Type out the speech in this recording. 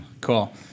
cool